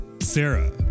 Sarah